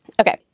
Okay